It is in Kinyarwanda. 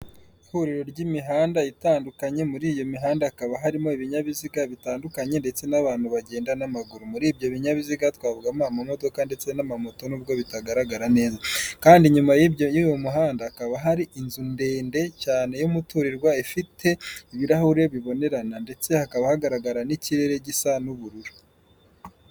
Ihuriro ry'imihanda itandukanye, muri iyo mihanda hakaba harimo ibinyabiziga bitandukanye, ndetse n'abantu bagenda n'amaguru, muri ibyo binyabiziga twavugamo ama modoka, ndetse n'ama moto, nubwo bitagaragara neza, kandi inyuma y'uyu muhanda hakaba hari inzu ndende cyane y'umuturirwa, ifite ibirahure bibonerana, ndetse hakaba hagaragara n'ikirere gisa n'ubururu.